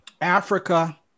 Africa